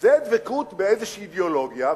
זאת דבקות באיזו אידיאולוגיה.